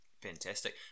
fantastic